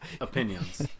opinions